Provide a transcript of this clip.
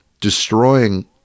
destroying